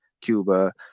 Cuba